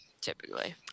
typically